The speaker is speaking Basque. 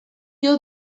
dio